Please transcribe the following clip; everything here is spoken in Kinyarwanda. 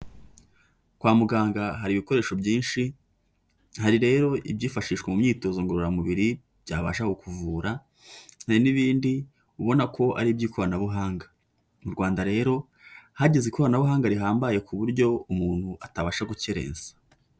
Kwa muganga hari ibikoresho byinshi; hari rero ibyifashishwa mu myitozo ngororamubiri byabasha kuvura, hari n'ibindi ubona ko ari iby'ikoranabuhanga. Mu Rwanda rero hageze ikoranabuhanga rihambaye ku buryo umuntu atabasha gukerensa.